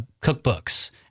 cookbooks